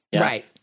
Right